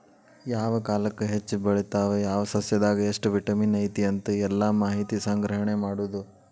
ಯಾವ ಕಾಲಕ್ಕ ಹೆಚ್ಚ ಬೆಳಿತಾವ ಯಾವ ಸಸ್ಯದಾಗ ಎಷ್ಟ ವಿಟಮಿನ್ ಐತಿ ಅಂತ ಎಲ್ಲಾ ಮಾಹಿತಿ ಸಂಗ್ರಹಣೆ ಮಾಡುದು